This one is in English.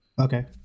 Okay